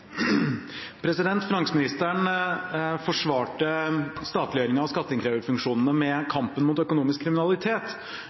finansministeren. Finansministeren forsvarte statliggjøring av skatteinnkreverfunksjonene med kampen mot økonomisk kriminalitet.